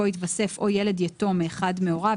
פה התווסף "או ילד יתום מאחד מהוריו",